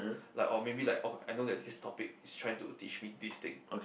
like oh maybe like oh I know that this topic try to teach me this thing